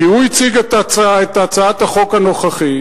כי הוא הציג את הצעת החוק הנוכחית